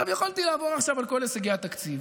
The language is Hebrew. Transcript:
יכולתי לעבור עכשיו על כל הישגי התקציב,